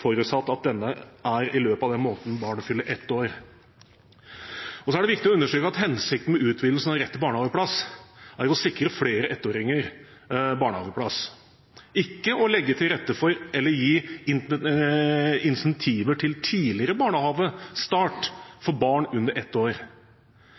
forutsatt at denne er i løpet av den måneden barnet fyller ett år. Det er også viktig å understreke at hensikten med utvidelsen av rett til barnehageplass er å sikre flere ettåringer barnehageplass, ikke å legge til rette for eller gi incentiver til tidligere